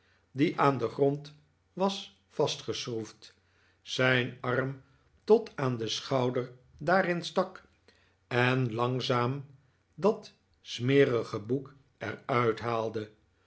die aan den grond was vastgeschroefd zijn arm tot aan den schouder daarin stak en langzaam dat smerige boek er